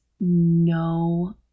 no